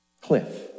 cliff